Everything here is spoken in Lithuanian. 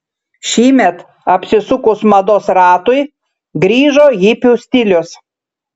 šįmet apsisukus mados ratui grįžo hipių stilius